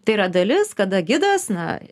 tai yra dalis kada gidas na